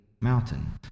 mountain